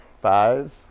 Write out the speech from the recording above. Five